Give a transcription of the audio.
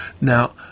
Now